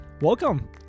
welcome